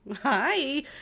Hi